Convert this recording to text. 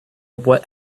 what